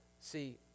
See